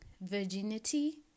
virginity